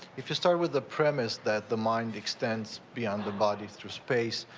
if you start with the premise that the mind extends beyond the body through space,